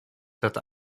that